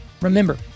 remember